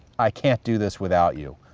i can't do this without you,